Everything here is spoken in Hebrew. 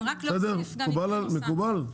מקובל?